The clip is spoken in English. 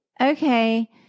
okay